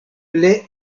plej